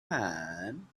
mine